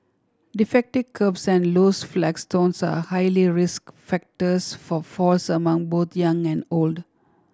defective kerbs and loose flagstones are highly risk factors for falls among both young and old